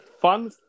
fun